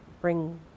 bring